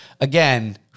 again